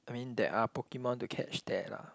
I mean there are Pokemon to catch there lah